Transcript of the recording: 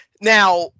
now